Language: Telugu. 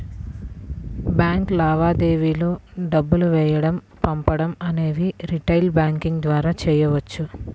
బ్యాంక్ లావాదేవీలు డబ్బులు వేయడం పంపడం అనేవి రిటైల్ బ్యాంకింగ్ ద్వారా చెయ్యొచ్చు